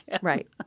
Right